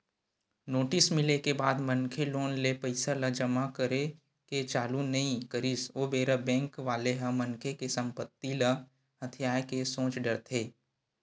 notice मिले के बाद मनखे लोन ले पइसा ल जमा करे के चालू नइ करिस ओ बेरा बेंक वाले ह मनखे के संपत्ति ल हथियाये के सोच डरथे